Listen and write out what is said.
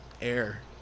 air